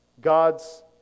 God's